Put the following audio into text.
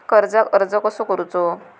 कर्जाक अर्ज कसो करूचो?